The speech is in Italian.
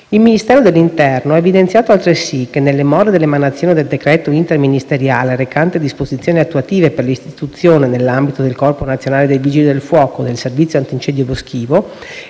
Il Ministero dell'interno ha evidenziato, altresì, che, nelle more dell'emanazione del decreto interministeriale recante disposizioni attuative per l'istituzione, nell'ambito del Corpo nazionale dei vigili del fuoco, del servizio antincendio boschivo